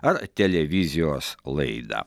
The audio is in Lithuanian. ar televizijos laidą